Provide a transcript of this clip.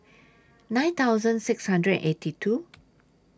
nine thousand six hundred and eighty two